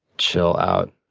chill out.